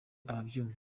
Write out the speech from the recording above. ababyumva